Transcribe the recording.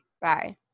bye